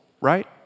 right